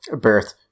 birth